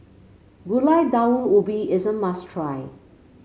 Gulai Daun Ubi is a must try